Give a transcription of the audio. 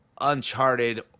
uncharted